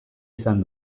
izan